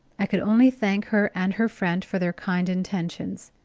i could only thank her and her friend for their kind intentions.